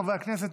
חברי הכנסת,